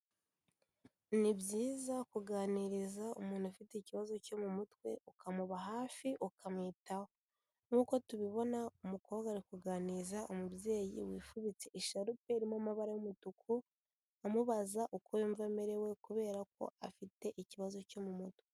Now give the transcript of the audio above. Ni byiza kuganiriza umuntu ufite ikibazo cyo mu mutwe, ukamuba hafi ukamwitaho. Nkuko tubibona umukobwa ara kuganiriza umubyeyi wifubitse ishalupe irimo amabara y'umutuku, amubaza uko yumva amerewe kubera ko afite ikibazo cyo mu mutwe.